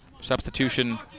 Substitution